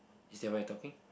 is that what you talking